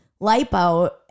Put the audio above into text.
lipo